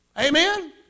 Amen